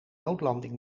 noodlanding